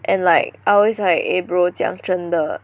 and like I alwasy like eh bro 讲真的